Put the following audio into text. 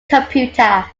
computer